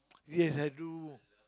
yes I do